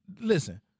Listen